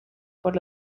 por